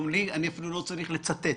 אני אפילו לא צריך לצטט.